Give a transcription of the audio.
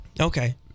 Okay